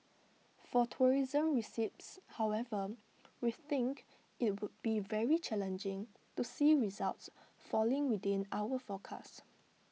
for tourism receipts however we think IT would be very challenging to see results falling within our forecast